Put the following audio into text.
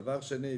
דבר שני,